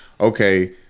Okay